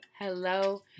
hello